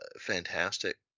fantastic